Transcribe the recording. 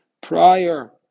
prior